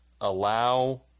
allow